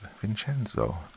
Vincenzo